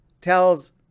tells